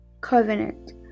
covenant